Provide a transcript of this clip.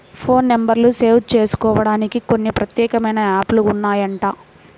phone నెంబర్లు save జేసుకోడానికి కొన్ని ప్రత్యేకమైన యాప్ లు ఉన్నాయంట